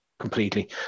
Completely